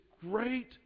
great